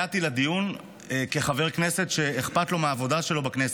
הגעתי לדיון כחבר כנסת שאכפת לו מהעבודה שלו בכנסת.